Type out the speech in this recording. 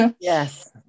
yes